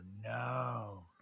no